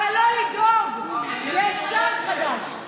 אבל לא לדאוג, יש שר חדש.